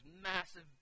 massive